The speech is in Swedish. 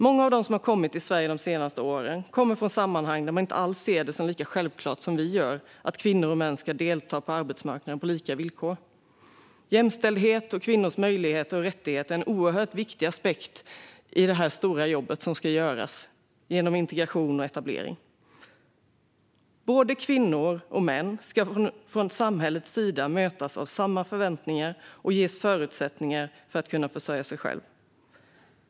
Många av dem som kommit till Sverige de senaste åren kommer från sammanhang där man inte alls ser det som lika självklart som vi gör att kvinnor och män ska delta på arbetsmarknaden på lika villkor. Jämställdhet och kvinnors möjligheter och rättigheter är en oerhört viktig aspekt i det stora jobb som ska göras med integration och etablering. "Både kvinnor och män ska från samhällets sida mötas av samma förväntningar och ges förutsättningar för att kunna försörja sig själva."